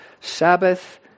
Sabbath